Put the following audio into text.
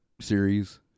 series